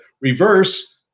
Reverse